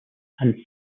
and